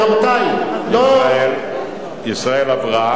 רבותי, לא, נשיא המדינה